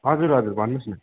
हजुर हजुर भन्नुहोस् न